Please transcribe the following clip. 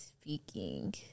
speaking